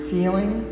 Feeling